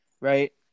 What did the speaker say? right